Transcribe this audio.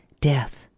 Death